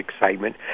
excitement